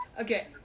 Okay